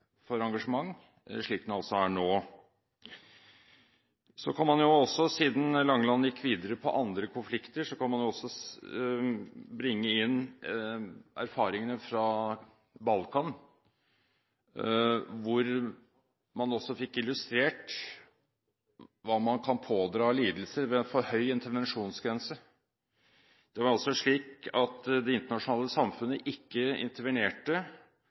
for engasjement slik den altså er nå. Siden Langeland gikk videre til andre konflikter, kan man jo også bringe inn erfaringene fra Balkan, hvor man fikk illustrert hva man kan pådra av lidelser ved for høy intervensjonsgrense. Det var altså slik at det internasjonale samfunnet ikke intervenerte,